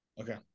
Okay